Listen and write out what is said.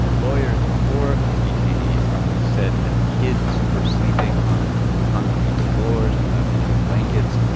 lawyers for these detainees said that kids were sleeping on concrete floors without enough blankets,